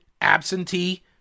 absentee